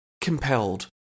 compelled